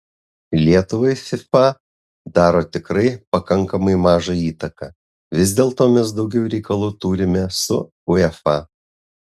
lietuvai fifa daro tikrai pakankamai mažą įtaką vis dėlto mes daugiau reikalų turime su uefa